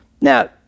Now